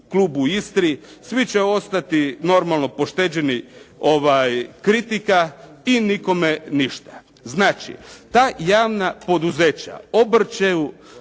klub u Istri, svi će ostati normalno pošteđeni kritika i nikome ništa. Znači ta javna poduzeća obrću